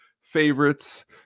favorites